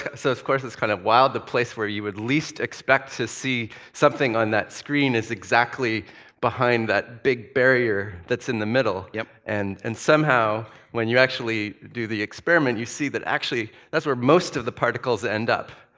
ah so it's of course, kind of while the place where you would least expect to see something on that screen is exactly behind that big barrier that's in the middle. yeah and and somehow, when you actually do the experiment, you see that actually, that's where most of the particles end up.